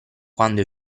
quando